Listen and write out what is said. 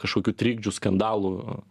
kažkokių trikdžių skandalų